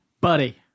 buddy